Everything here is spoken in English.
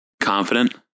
Confident